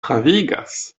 pravigas